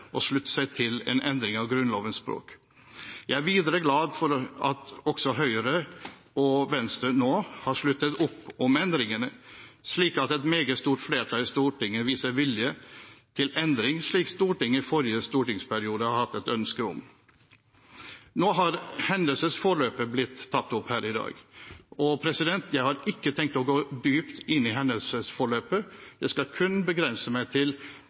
å slutte seg til en endring av Grunnlovens språk. Jeg er videre glad for at også Høyre og Venstre nå har sluttet opp om endringene, slik at et meget stort flertall i Stortinget viser vilje til endring, slik Stortinget i forrige stortingsperiode hadde et ønske om. Nå har hendelsesforløpet blitt tatt opp her i dag. Jeg har ikke tenkt å gå dypt inn i det, jeg skal kun begrense meg til